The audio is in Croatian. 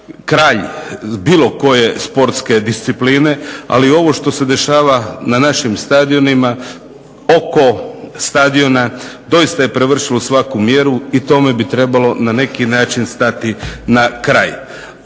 kralj bilo koje sportske discipline, ali ovo što se dešava na našim stadionima, oko stadiona doista je prevršilo svaku mjeru i tome bi trebalo na neki način stati na kraj.